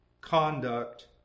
conduct